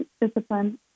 discipline